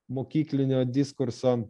mokyklinio diskurso